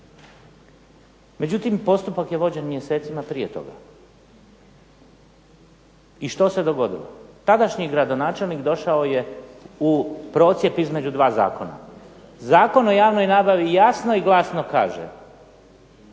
Međutim, postupak je vođen mjesecima prije toga. I što se dogodilo? Tadašnji gradonačelnik došao je u procjep između dva zakona. Zakon o javnoj nabavi jasno i glasno kaže